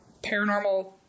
paranormal